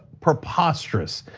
preposterous,